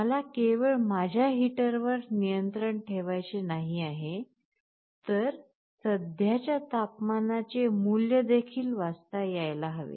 मला केवळ माझ्या हीटरवर नियंत्रण ठेवायचे नाही आहे तर सध्याच्या तपमानाचे मूल्य देखील वाचता यायला हवे